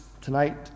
tonight